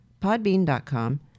podbean.com